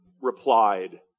replied